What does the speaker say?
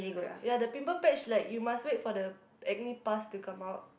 ya the pimple patch like you must wait for the acne pus to come out